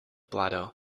plato